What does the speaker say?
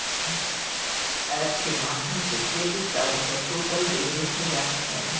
app के माध्यम से क्रेडिट कार्ड क टोटल देय देखल जा सकला